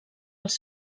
els